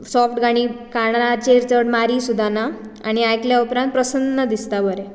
soft गाणीं कानाचेर चड मारी सुद्दां ना आनी आयकले उपरांत प्रसन्न दिसता बरें